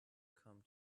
come